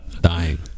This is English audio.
dying